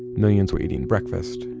millions were eating breakfast,